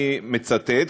אני מצטט,